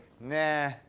nah